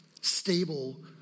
stable